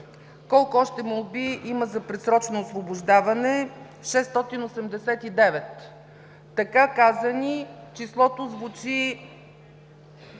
колко още молби има за предсрочно освобождаване – 689. Така казани, числото звучи